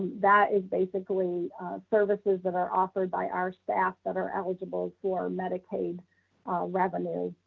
that is basically services that are offered by our staff that are eligible for medicaid revenue.